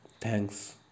Thanks